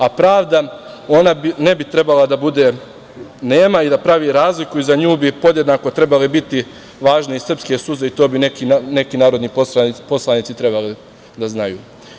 A pravda, ona ne bi trebalo da bude nema i da pravi razliku i za nju bi podjednako trebale biti važne i srpske suze i to bi neki narodni poslanici trebalo da znaju.